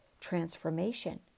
transformation